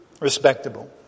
Respectable